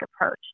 approach